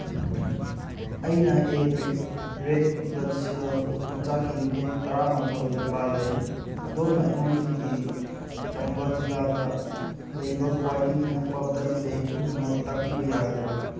ꯑꯩꯅ a pack red blood cell ꯃꯆꯥꯛꯀꯤ unit ꯇꯔꯥꯃꯥꯊꯣꯏ ꯗꯔꯀꯥꯔ ꯂꯩ ꯑꯗꯣꯝꯅ ꯑꯩꯉꯣꯟꯗꯒꯤ ꯆꯝꯕ ꯖꯤꯂꯥꯗ ꯂꯩꯕ ꯈ꯭ꯋꯥꯏꯗꯒꯤ ꯅꯛꯄ ꯕ꯭ꯂꯠ ꯕꯦꯡ ꯄꯨꯝꯅꯃꯛ ꯇꯥꯛꯄꯤꯕ ꯌꯥꯒꯗ꯭ꯔ